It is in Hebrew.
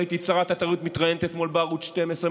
ראיתי שרת התרבות מתראיינת אתמול בערוץ 12,